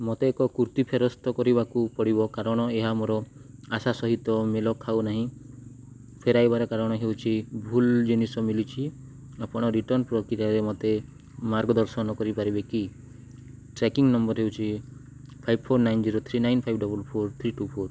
ମୋତେ ଏକ କୁର୍ତ୍ତୀ ଫେରସ୍ତ କରିବାକୁ ପଡ଼ିବ କାରଣ ଏହା ମୋର ଆଶା ସହିତ ମେଳ ଖାଉନାହିଁ ଫେରାଇବାର କାରଣ ହେଉଛି ଭୁଲ ଜିନିଷ ମିଲିଛି ଆପଣ ରିଟର୍ଣ୍ଣ ପ୍ରକ୍ରିୟାରେ ମୋତେ ମାର୍ଗଦର୍ଶନ କରିପାରିବେ କି ଚେକିଙ୍ଗ ନମ୍ବର ହେଉଛି five four nine zero three nine five double four three two four